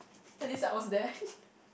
at least I was there